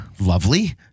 Lovely